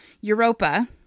Europa